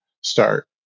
start